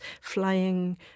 flying